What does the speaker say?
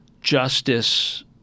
justice